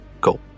Cool